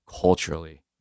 culturally